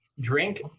drink